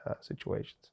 situations